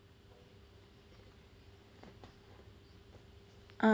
ah